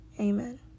Amen